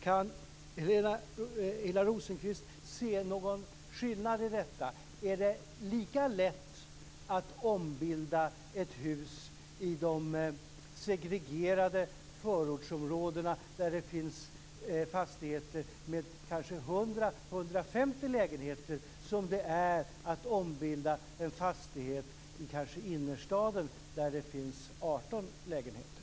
Kan Helena Hillar Rosenqvist se någon skillnad i detta? Är det lika lätt att ombilda ett hus i de segregerade förortsområdena, där det finns fastigheter med kanske 100-150 lägenheter, som det är att ombilda en fastighet i innerstaden, där det finns 18 lägenheter?